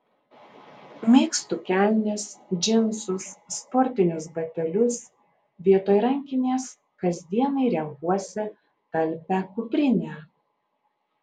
mėgstu kelnes džinsus sportinius batelius vietoj rankinės kasdienai renkuosi talpią kuprinę